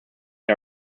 had